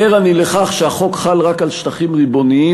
ער אני לכך שהחוק חל רק על שטחים ריבוניים,